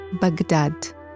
Baghdad